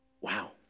Wow